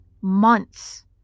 months